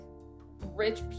rich